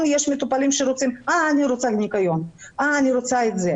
יש מטופלים שרוצים ניקיון או משהו אחר.